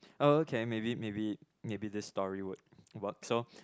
okay maybe maybe maybe this story would work so